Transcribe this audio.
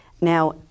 Now